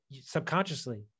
subconsciously